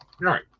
Right